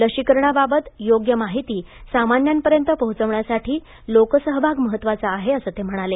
लशीकरणाबाबत योग्य माहिती सामान्यांपर्यंत पोहोचवण्यासाठी लोक सहभाग महत्त्वाचा आहे असं ते म्हणाले